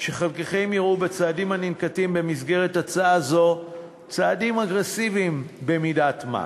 שחלקכם יראו בצעדים הננקטים במסגרת הצעה זו צעדים אגרסיביים במידת-מה.